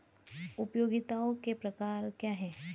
उपयोगिताओं के प्रकार क्या हैं?